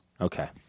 Okay